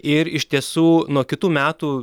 ir iš tiesų nuo kitų metų